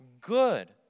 good